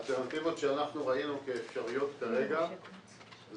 האלטרנטיבות שאנחנו ראינו כאפשריות כרגע הן